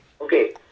Okay